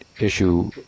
issue